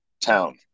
town